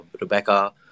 Rebecca